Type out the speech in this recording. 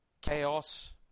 Chaos